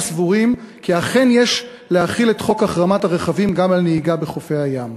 סבורים כי אכן יש להחיל את חוק החרמת הרכבים גם על נהיגה בחופי הים.